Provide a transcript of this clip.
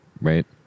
Right